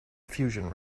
fusion